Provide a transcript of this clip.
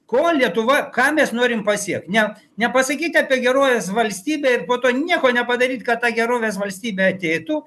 ko lietuva ką mes norim pasiekt ne ne pasakyti apie gerovės valstybę ir po to nieko nepadaryt kad ta gerovės valstybė ateitų